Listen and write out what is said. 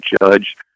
judge